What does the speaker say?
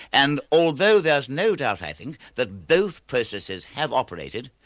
and although there's no doubt, i think, that both processes have operated,